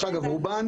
האלה,